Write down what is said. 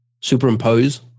superimpose